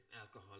Alcohol